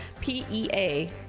P-E-A